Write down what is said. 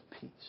Peace